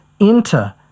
Enter